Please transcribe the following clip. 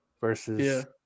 versus